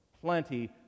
plenty